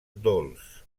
dolç